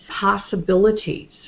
possibilities